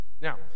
now